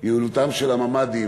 יעילותם של הממ"דים,